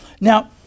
Now